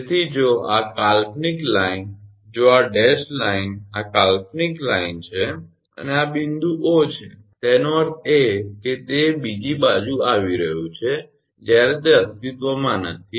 તેથી જો આ કાલ્પનિક લાઇન જો આ ડેશેડ લાઇન કાલ્પનિક લાઇન છે અને આ બિંદુ 𝑂 છે તેનો અર્થ એ કે તે બીજી બાજુ આવી રહ્યું છે જ્યારે તે અસ્તિત્વમાં નથી